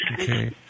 Okay